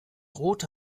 rote